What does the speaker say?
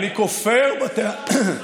אני כופר בטענה, צודק,